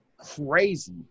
crazy